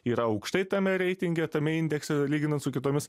yra aukštai tame reitinge tame indekse lyginant su kitomis